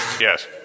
yes